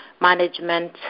management